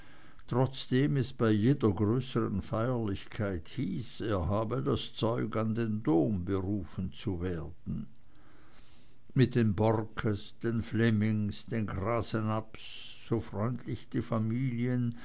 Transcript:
trotzdem es bei jeder größeren feierlichkeit hieß er habe das zeug an den dom berufen zu werden mit den borckes den flemmings den grasenabbs so freundlich die familien